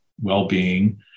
well-being